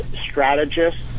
strategists